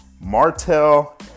Martell